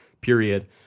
period